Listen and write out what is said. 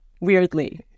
weirdly